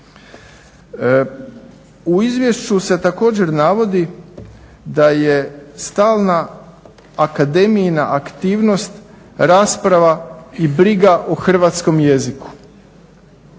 U izvješću se također navodi da je stalna akademijina aktivnost rasprava i briga o hrvatskom jeziku.